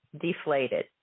deflated